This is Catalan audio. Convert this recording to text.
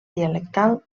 dialectal